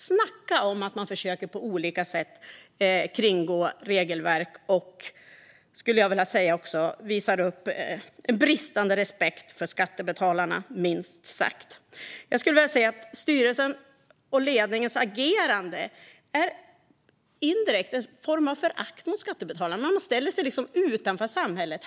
Snacka om att på olika sätt försöka att kringgå regelverk och, skulle jag vilja säga, visa upp en minst sagt bristande respekt för skattebetalarna! Jag skulle vilja säga att styrelsens och ledningens agerande indirekt är en form av förakt mot skattebetalarna. Man ställer sig utanför samhället.